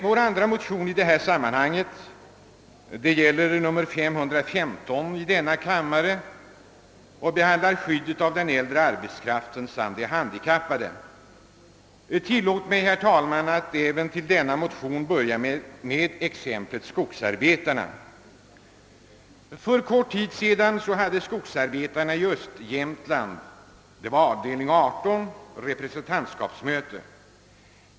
Vår andra motion i detta sammanhang — det gäller motionen nr 515 i denna kammare — behandlar skyddet av den äldre arbetskraften samt de handikappade. Tillåt mig, herr talman, att även i anslutning till denna motion börja med exemplet skogsarbetarna. För kort tid sedan hade skogsarbetarna i östra Jämtland — det var avdelning 18 — representantskapsmöte.